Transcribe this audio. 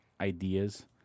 ideas